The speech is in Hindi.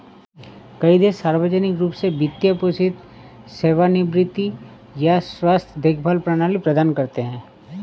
कई देश सार्वजनिक रूप से वित्त पोषित सेवानिवृत्ति या स्वास्थ्य देखभाल प्रणाली प्रदान करते है